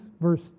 Verse